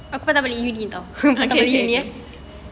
okay sini ya